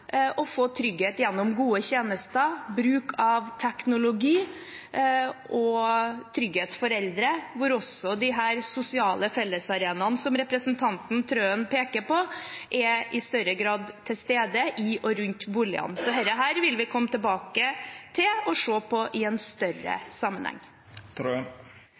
få trygghet gjennom gode tjenester og bruk av teknologi – hvor også disse sosiale fellesarenaene, som representanten Trøen peker på, i større grad er til stede i og rundt boligene. Så dette vil vi komme tilbake til og se på i en større sammenheng.